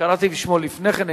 קראתי בשמו לפני כן,